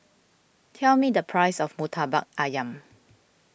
tell me the price of Murtabak Ayam